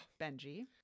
Benji